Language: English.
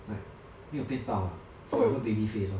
like 没有变到 lah forever baby face lor